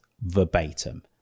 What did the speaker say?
verbatim